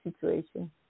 situation